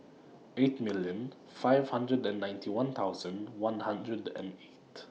eight million five nine one thousand one hundred and eight